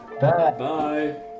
Bye